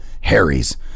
harry's